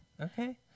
Okay